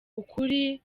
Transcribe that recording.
ukuri